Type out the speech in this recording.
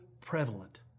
prevalent